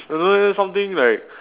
I don't know leh something like